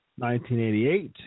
1988